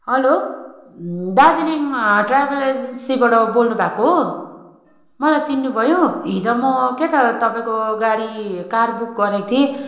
हलो Darjeeling travel एजेन्सीबाट बोल्नु भएको हो मलाई चिन्नु भयो हिजो म के त तपाईँको गाडी कार बुक गरेको थिएँ